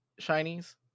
shinies